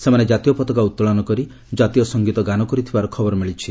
ସେମାନେ ଜାତୀୟ ପତାକା ଉତ୍ତୋଳନ କରି ଜାତୀୟ ସଙ୍ଗୀତ ଗାନ କରିଥିବାର ଖବର ମିଳିଛି